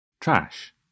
trash